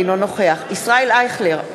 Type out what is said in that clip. אינו נוכח ישראל אייכלר,